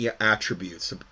attributes